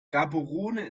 gaborone